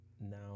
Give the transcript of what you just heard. now